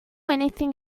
anything